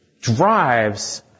drives